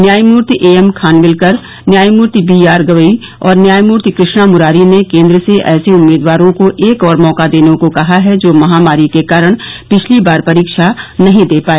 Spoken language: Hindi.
न्यायमूर्ति एएमखानविल्कर न्यायमूर्ति बीआर गवई और न्यायमूर्ति कृष्णा मूरारी ने केन्द्र से ऐसे उम्मीदवारों को एक और मौका देने को कहा है जो महामारी के कारण पिछली बार परीक्षा नहीं दे पाए